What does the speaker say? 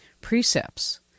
precepts